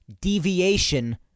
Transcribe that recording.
deviation